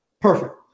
perfect